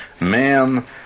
Man